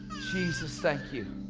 jesus, thank you.